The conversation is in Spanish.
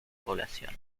población